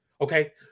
okay